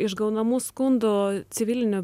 iš gaunamų skundų civilinių